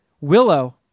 Willow